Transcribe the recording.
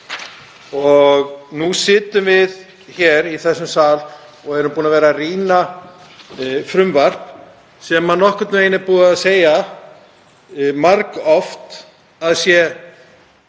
Nú sitjum við hér í þessum sal og erum búin að vera að rýna frumvarp sem er búið að segja margoft að sé